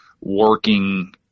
working